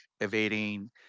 evading